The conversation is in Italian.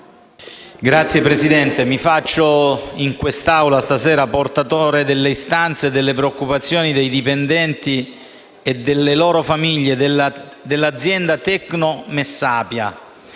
Signora Presidente, mi faccio, in quest'Aula questa sera, portatore delle istanze e delle preoccupazioni dei dipendenti - e delle loro famiglie - dell'azienda Tecnomessapia,